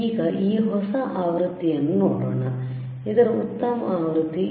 ಈಗ ಈ ಹೊಸ ಆವೃತ್ತಿಯನ್ನು ನೋಡೋಣ ಇದರ ಉತ್ತಮ ಆವೃತ್ತಿ